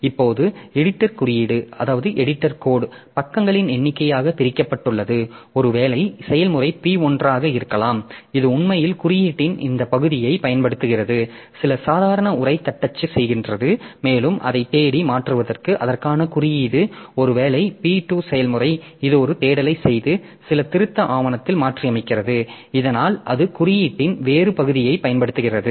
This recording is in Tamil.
இப்போது எடிட்டர் குறியீடு பக்கங்களின் எண்ணிக்கையாகப் பிரிக்கப்பட்டுள்ளது ஒருவேளை செயல்முறை P1 ஆக இருக்கலாம் இது உண்மையில் குறியீட்டின் இந்த பகுதியைப் பயன்படுத்துகிறது சில சாதாரண உரை தட்டச்சு செய்கின்றது மேலும் அதைத் தேடி மாற்றுவதற்கு அதற்கான குறியீடு ஒருவேளை P2 செயல்முறை இது ஒரு தேடலைச் செய்து சில திருத்த ஆவணத்தில் மாற்றியமைக்கிறது இதனால் அது குறியீட்டின் வேறு பகுதியைப் பயன்படுத்துகிறது